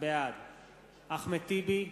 בעד אחמד טיבי,